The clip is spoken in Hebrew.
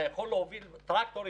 אתה יכול להוביל טרקטורים,